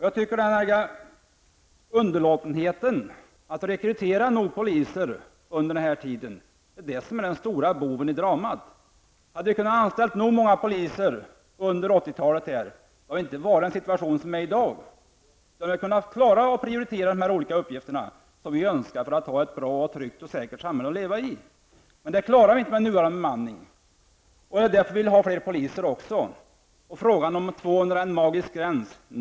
Jag tycker att underlåtenheten i rekryteringen av tillräckligt många poliser under denna tid är den stora boven i dramat. Om tillräckligt många poliser hade anställts under 80-talet hade inte dagens situation uppstått. Det hade gått att prioritera på det sätt olika uppgifter som vi önskar för att få ett bra, tryggt och säkert samhälle att leva i. Det klarar vi inte med nuvarande bemanning. Det är därför vi vill ha fler poliser. Frågan är om 200 poliser är en magisk gräns.